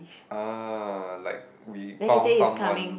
orh like we found someone